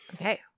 Okay